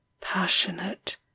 passionate